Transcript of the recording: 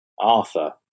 Arthur